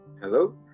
Hello